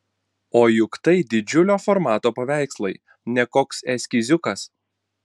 o juk tai didžiulio formato paveikslai ne koks eskiziukas